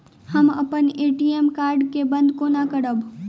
हम अप्पन ATM card केँ बंद कोना करेबै?